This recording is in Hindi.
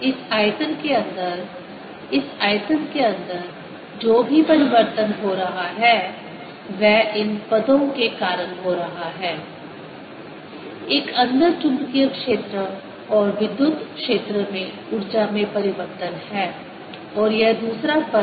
इस आयतन के अंदर इस आयतन के अंदर जो भी परिवर्तन हो रहा है वह इन पदों के कारण हो रहा है एक अंदर चुंबकीय क्षेत्र और विद्युत क्षेत्र में ऊर्जा में परिवर्तन है और यह दूसरा पद